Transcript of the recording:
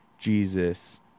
Jesus